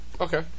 Okay